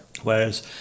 whereas